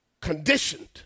Conditioned